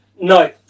No